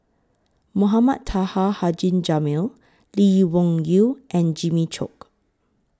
Mohamed Taha Haji Jamil Lee Wung Yew and Jimmy Chok